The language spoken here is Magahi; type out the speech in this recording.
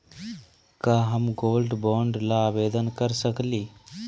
का हम गोल्ड बॉन्ड ल आवेदन कर सकली?